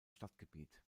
stadtgebiet